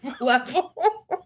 level